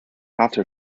after